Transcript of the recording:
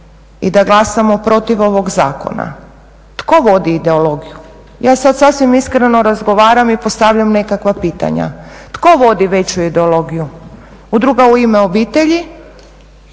i da glasamo protiv ovog zakona. Tko vodi ideologiju? Ja sad sasvim iskreno razgovaram i postavljam nekakva pitanja. Tko vodi veću ideologiju, Udruga "U ime obitelji"